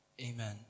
amen